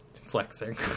Flexing